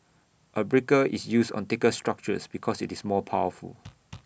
A breaker is used on thicker structures because IT is more powerful